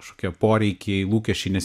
kažkokie poreikiai lūkesčiai nes